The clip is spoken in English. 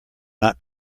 not